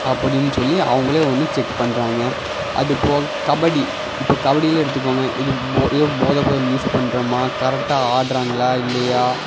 அப்படின்னு சொல்லி அவங்களே வந்து செக் பண்ணுறாங்க அதுப்போக கபடி இப்போது கபடியில் எடுத்துக்கோங்க இது போக ஏதா போதை பொருள் யூஸ் பண்ணுறமா கரெக்டாக ஆடுறாங்களா இல்லையா